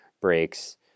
breaks